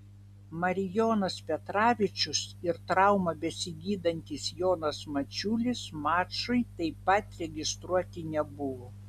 marijonas petravičius ir traumą besigydantis jonas mačiulis mačui taip pat registruoti nebuvo